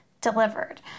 delivered